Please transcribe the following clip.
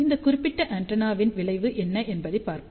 இந்த குறிப்பிட்ட ஆண்டெனாவின் விளைவு என்ன என்று பார்ப்போம்